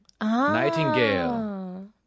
nightingale